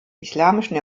islamischen